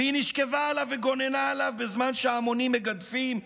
והיא נשכבה עליו וגוננה עליו בזמן שההמונים מגדפים,